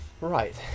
right